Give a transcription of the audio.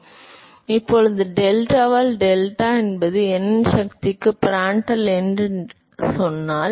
எனவே இப்போது டெல்டாவால் டெல்டா என்பது n இன் சக்திக்கு பிராண்டல் எண் என்று அவர் சொன்னால்